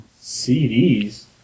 CDs